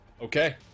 Okay